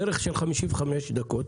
דרך של 55 דקות.